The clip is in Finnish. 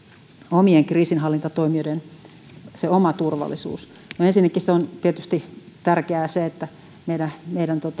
omien kriisinhallintatoimijoiden oma turvallisuus no ensinnäkin se on tietysti tärkeää että meidän